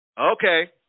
Okay